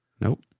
Nope